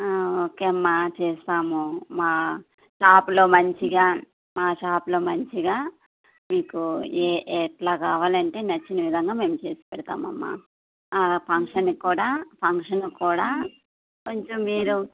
okay అమ్మా చేస్తాము మా షాప్లో మంచిగా మా షాప్లో మంచిగా మీకు ఏ ఎలా కావాలంటే నచ్చిన విధంగా మేము చేసి పెడతామమ్మా ఫంక్షన్ కూడా ఫంక్షన్ కూడా కొంచెం మీరు